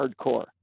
hardcore